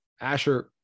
Asher